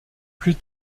plus